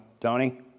Tony